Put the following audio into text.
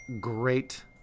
great